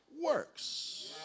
works